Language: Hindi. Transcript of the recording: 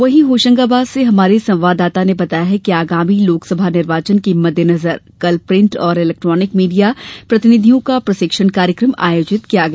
वहीं होशंगाबाद से हमारे संवाददाता ने बताया है कि आगामी लोकसभा निर्वाचन के मद्देनजर कल प्रिंट और इलेक्ट्रानिक मीडिया प्रतिनिधियों का प्रशिक्षण कार्यकम आयोजित किया गया